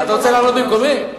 אתה רוצה לענות במקומי?